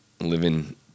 living